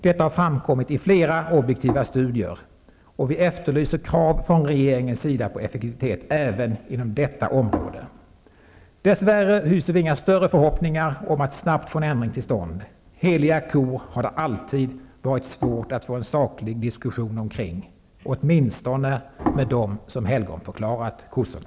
Detta har framkommit i flera objektiva studier, och vi efterlyser krav från regeringens sida på effektivitet även inom detta område. Dess värre hyser vi inga större förhoppningar om att snabbt få en ändring till stånd. Heliga kor har det alltid varit svårt att få en saklig diskussion omkring -- åtminstone med dem som helgonförklarat kossorna.